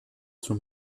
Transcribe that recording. son